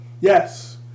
Yes